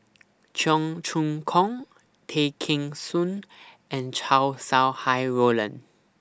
Cheong Choong Kong Tay Kheng Soon and Chow Sau Hai Roland